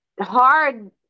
hard